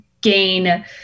gain